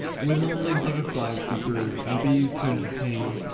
with only butterflies to brood, and bees to entertain,